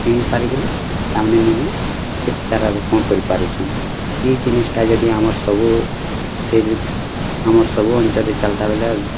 କିଣି ପାରି କିରି ତାମାନେ ନିଜେ ଫିର୍ ଚାରା ରୋପଣ କରି ପାରିଛନ୍ ଏଇ ଜିନିଷ୍ଟା ଯଦି ଆମର ସବୁ ସେ ରିତ୍ ଆମର୍ ସବୁ ଅଞ୍ଚଳରେ ଚଲ୍ତା ବୋଲେ